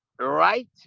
right